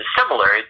similar